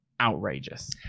Outrageous